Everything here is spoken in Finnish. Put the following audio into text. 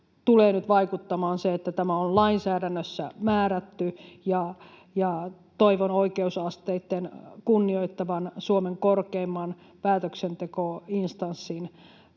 tulee nyt vaikuttamaan se, että tämä on lainsäädännössä määrätty, ja toivon oikeusasteitten kunnioittavan Suomen korkeimman päätöksentekoinstanssin